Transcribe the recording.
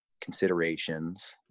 considerations